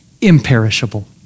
imperishable